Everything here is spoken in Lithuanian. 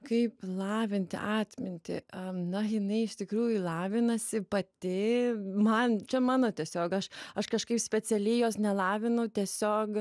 kaip lavinti atmintį na jinai iš tikrųjų lavinasi pati man čia mano tiesiog aš aš kažkaip specialiai jos nelavinu tiesiog